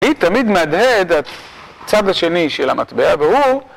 היא תמיד מהדהד הצד השני של המטבע, והוא...